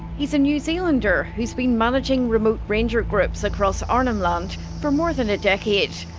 he's a new zealander who has been managing remote ranger groups across arnhem land for more than a decade.